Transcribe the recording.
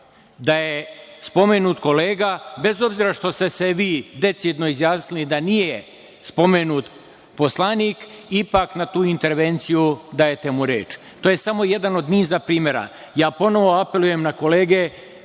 da je spomenut kolega, bez obzira što ste se vi decidno izjasnili da nije spomenut poslanik, ipak na tu intervenciju dajete mu reč. To je samo jedan od niza primera. Ponovo apelujem na kolege,